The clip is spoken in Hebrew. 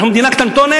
אנחנו מדינה קטנטונת,